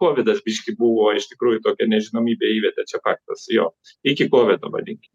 kovidas biškį buvo iš tikrųjų tokia nežinomybė įvedė čia faktas jo iki kovido vadinkim